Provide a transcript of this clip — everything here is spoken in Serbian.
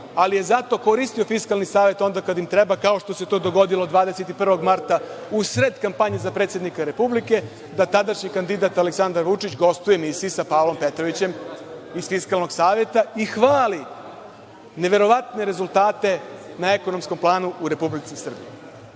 ali je zato koristio Fiskalni savet onda kada im treba, kao što se to dogodilo 21. marta u sred kampanje za predsednika Republike, da tadašnji kandidat Aleksandar Vučić gostuje u emisiji sa Pavlom Petrovićem iz Fiskalnog saveta i hvali neverovatne rezultate na ekonomskom planu u Republici Srbiji.